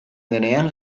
denean